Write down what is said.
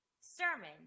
sermon